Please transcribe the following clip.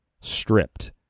stripped